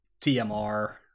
TMR